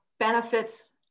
benefits